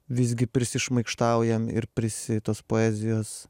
visgi prisišmaikštaujam ir prisi tos poezijos